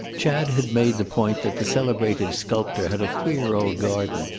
chad had made the point that the celebrated sculptor had a queer old garden,